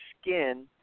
skin